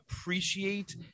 appreciate